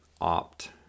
opt